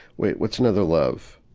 wait, what's another love?